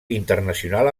internacional